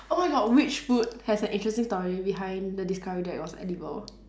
oh my god which food has an interesting story behind the discovery that it was edible